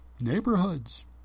neighborhoods